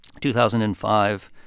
2005